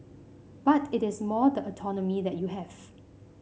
but it is more the autonomy that you have